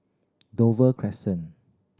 Dover Crescent